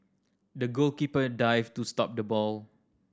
the goalkeeper dived to stop the ball